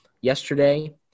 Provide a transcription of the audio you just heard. yesterday